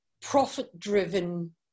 profit-driven